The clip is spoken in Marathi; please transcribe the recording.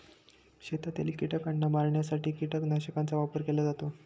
शेतातील कीटकांना मारण्यासाठी कीटकनाशकांचा वापर केला जातो